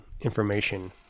information